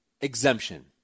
Exemption